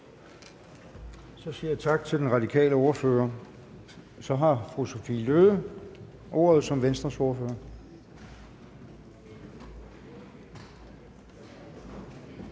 Så siger jeg tak til den radikale ordfører. Så har fru Sophie Løhde ordet som Venstres ordfører.